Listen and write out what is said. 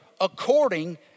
according